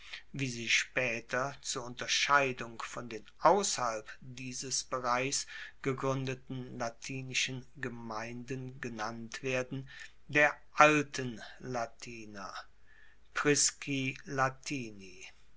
wie sie spaeter zur unterscheidung von den ausserhalb dieses bereichs gegruendeten latinischen gemeinden genannt werden der alten latiner